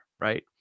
Right